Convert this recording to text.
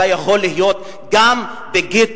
אתה יכול להיות גם בגטו.